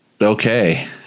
Okay